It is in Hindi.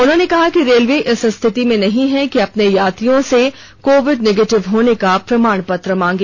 उन्होंने कहा कि रेलवे इस स्थिति में नहीं है कि अपने यात्रियों से कोविड निगेटिव होने का प्रमाण पत्र मांगे